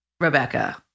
Rebecca